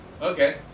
Okay